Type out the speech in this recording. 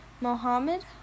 Mohammed